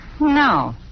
No